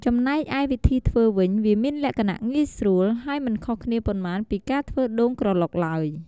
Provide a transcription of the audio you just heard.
ចំណែកឯវិធីធ្វើវិញ វាមានលក្ខណៈងាយស្រួល ហើយមិនខុសគ្នាប៉ុន្មានពីការធ្វើដូងក្រឡុកឡើយ។